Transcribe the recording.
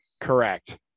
Correct